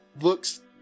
looks